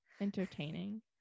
Entertaining